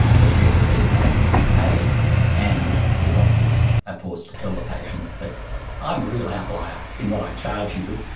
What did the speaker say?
the scheduled fee is no longer paid and the doctors are forced to tell the patient that i'm a real outlier in what i charge you.